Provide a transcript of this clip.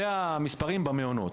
אלה המספרים במעונות.